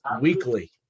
weekly